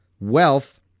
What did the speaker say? wealth